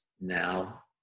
now